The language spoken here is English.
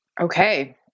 okay